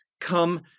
come